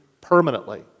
permanently